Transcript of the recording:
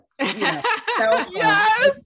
Yes